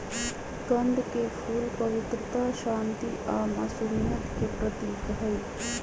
कंद के फूल पवित्रता, शांति आ मासुमियत के प्रतीक हई